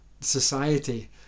society